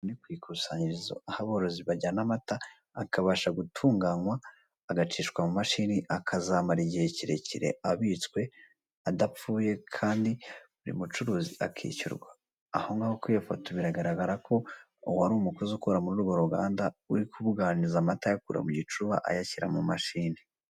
Ni ku ikusanyirizo, aho aborozi bajyana amata, akabasha gutunganywa agacishwa mu mashini, akazamara igihe kirekire abitswe adapfuye, kandi buri mucuruzi akishyurwa, aho ngaho kuri iyo foto biragaragara ko uwo ari umukozi ukora muri urwo ruganda uri kubuganiza amata ayakura mu gicuba, ayashyira mu mashini.